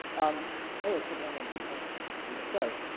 um, oh, it says one one two. that's not supposed to be there, sorry.